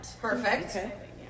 perfect